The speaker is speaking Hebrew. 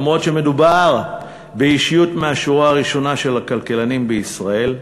אף שמדובר באישיות מהשורה הראשונה של הכלכלנים בישראל,